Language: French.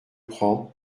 prend